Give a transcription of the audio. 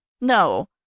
No